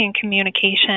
communication